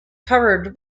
covered